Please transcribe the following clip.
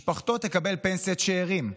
משפחתו תקבל פנסיה, שאירים,